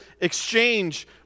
exchange